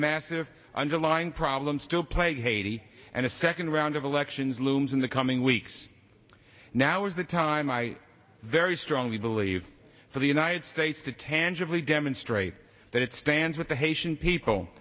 massive underlying problems still play haiti and a second round of elections looms in the coming weeks now is the time i very strongly believe for the united states to tangibly demonstrate that it stands with the haitian people